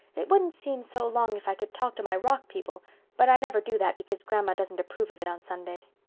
it wouldn't seem so long if i could talk to my rock people but i never do that because grandma doesn't approve of it on sundays.